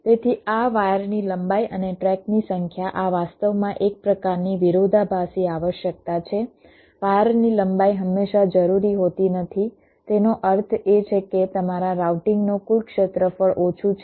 તેથી આ વાયરની લંબાઈ અને ટ્રેકની સંખ્યા આ વાસ્તવમાં એક પ્રકારની વિરોધાભાસી આવશ્યકતા છે વાયરની લંબાઈ હંમેશા જરૂરી હોતી નથી તેનો અર્થ એ છે કે તમારા રાઉટિંગનો કુલ ક્ષેત્રફળ ઓછું છે